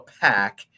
Pack